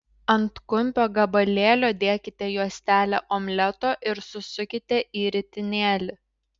ant kumpio gabalėlio dėkite juostelę omleto ir susukite į ritinėlį